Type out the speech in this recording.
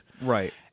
Right